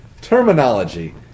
Terminology